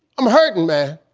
i'm hurtin, man.